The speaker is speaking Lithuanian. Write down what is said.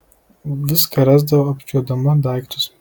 viską rasdavo apčiuopdama daiktus